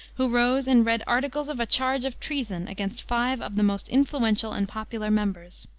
who rose and read articles of a charge of treason against five of the most influential and popular members.